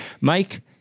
Mike